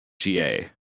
GA